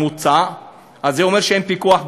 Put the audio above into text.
זה אומר שאין פיקוח.